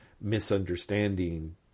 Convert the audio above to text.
misunderstanding